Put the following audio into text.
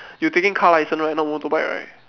you taking car license right not motorbike right